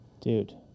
Dude